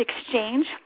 exchange